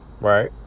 right